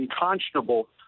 unconscionable